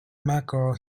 mcgraw